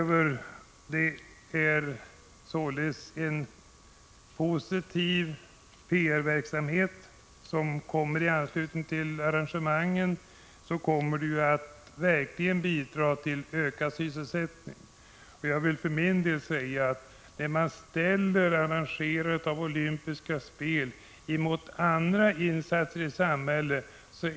I anslutning till arrangemangen kommer således en positiv PR-verksamhet att uppstå, som verkligen kommer att bidra till ökad sysselsättning. Man gör en alltför enkel bedömning om man ställer arrangerandet av olympiska spel emot andra insatser i samhället.